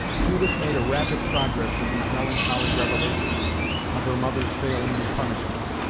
judith made a rapid progress in these melancholy revelations of her mother's failing and punishment.